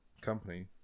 company